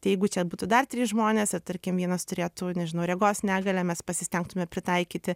tai jeigu čia būtų dar trys žmonės ir tarkim vienas turėtų nežinau regos negalią mes pasistengtume pritaikyti